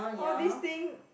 all these thing